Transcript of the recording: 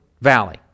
Valley